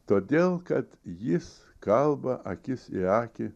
todėl kad jis kalba akis į akį